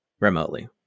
remotely